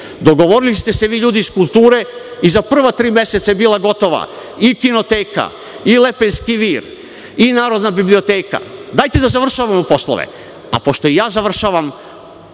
Dogovorili ste se vi ljudi iz kulture i za prva tri meseca je bila gotova i Kinoteka i Lepenski Vir i Narodna biblioteka. Dajte da završavamo poslove. Pošto ja završavam